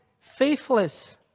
faithless